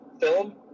Film